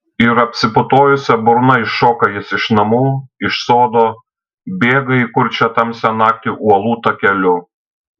ir apsiputojusia burna iššoka jis iš namų iš sodo bėga į kurčią tamsią naktį uolų takeliu